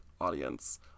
audience